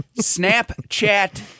Snapchat